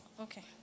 Okay